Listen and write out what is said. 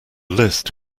list